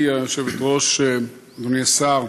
גברתי היושבת-ראש, אדוני השר,